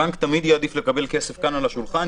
הבנק תמיד יעדיף לקבל כסף כאן על השולחן,